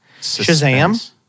Shazam